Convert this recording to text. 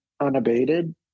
unabated